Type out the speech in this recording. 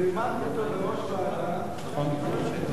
והעמדתי אותו כראש ועדה לטפל בעמק בית-נטופה.